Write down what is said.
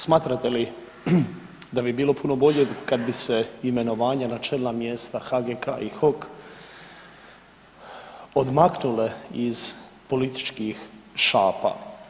Smatrate li da bi bilo puno bolje kada bi se imenovanje na čelna mjesta HGK-a i HOK odmaknule iz političkih šapa?